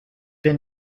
been